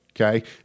okay